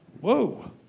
Whoa